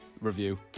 Review